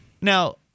Now